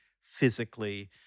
physically